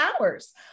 hours